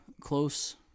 close